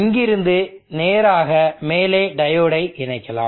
இங்கிருந்து நேராக மேலே டையோடை இணைக்கலாம்